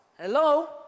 hello